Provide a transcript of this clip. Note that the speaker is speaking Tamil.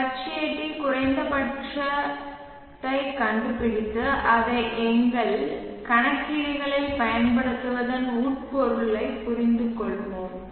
Hat குறைந்தபட்சத்தைக் கண்டுபிடித்து அதை எங்கள் கணக்கீடுகளில் பயன்படுத்துவதன் உட்பொருளைப் புரிந்துகொள்வோம்